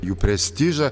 jų prestižą